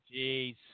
Jeez